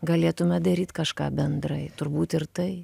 galėtume daryt kažką bendrai turbūt ir tai